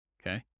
Okay